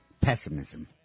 Pessimism